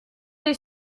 les